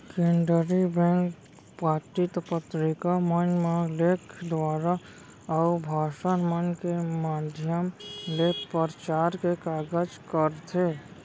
केनदरी bank पाती पतरिका मन म लेख दुवारा, अउ भासन मन के माधियम ले परचार के कारज करथे